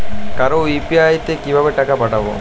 কারো ইউ.পি.আই তে কিভাবে টাকা পাঠাবো?